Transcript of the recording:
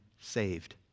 saved